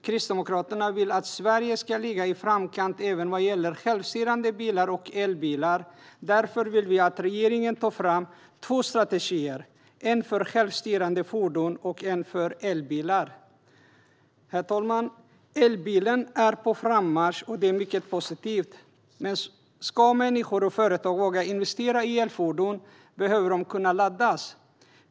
Kristdemokraterna vill att Sverige ska ligga i framkant även vad gäller självstyrande bilar och elbilar. Därför vill vi att regeringen tar fram två strategier, en för självstyrande fordon och en för elbilar. Herr talman! Elbilen är på frammarsch, och det är mycket positivt. Ska människor och företag våga investera i elfordon behöver de kunna laddas.